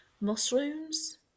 mushrooms